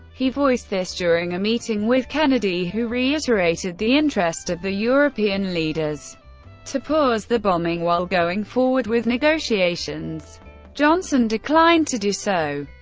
he voiced this during a meeting with kennedy, who reiterated the interest of the european leaders to pause the bombing while going forward with negotiations johnson declined to do so.